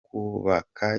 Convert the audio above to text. kubaka